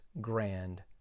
grand